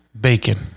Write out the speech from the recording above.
Bacon